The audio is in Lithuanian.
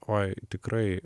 oi tikrai